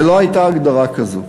ולא הייתה הגדרה כזאת.